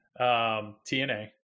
TNA